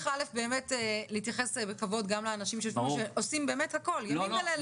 אלף להתייחס בכבוד לאנשים שעושים באמת הכל ימים ולילות.